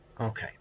Okay